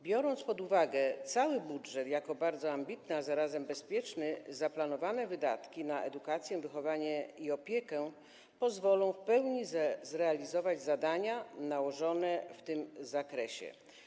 Biorąc pod uwagę cały budżet jako bardzo ambitny, a zarazem bezpieczny, można stwierdzić, że zaplanowane wydatki na edukację, wychowanie i opiekę pozwolą w pełni zrealizować zadania nałożone w tym zakresie.